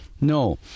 No